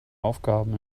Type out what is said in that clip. aufgaben